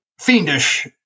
fiendish